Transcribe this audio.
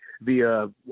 via